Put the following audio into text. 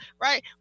right